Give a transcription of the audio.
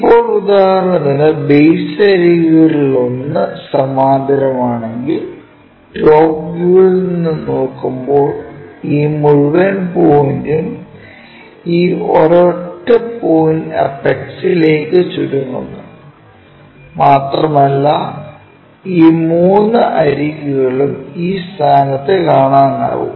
ഇപ്പോൾ ഉദാഹരണത്തിന് ബേസ് അരികുകളിലൊന്ന് സമാന്തരമാണെങ്കിൽ ടോപ് വ്യൂവിൽ നിന്ന് നോക്കുമ്പോൾ ഈ മുഴുവൻ പോയിന്റും ഈ ഒരൊറ്റ പോയിന്റ് അപെക്സ്ലേക്ക് ചുരുങ്ങുന്നു മാത്രമല്ല ഈ മൂന്ന് അരികുകളും ഈ സ്ഥാനത്ത് കാണാനാകും